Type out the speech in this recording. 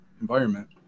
environment